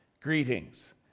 greetings